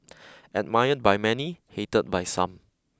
admired by many hated by some